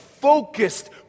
focused